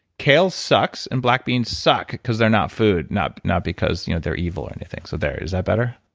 kale sucks and black beans suck because they're not food, not not because you know they're evil or anything. so there, is that better?